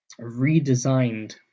redesigned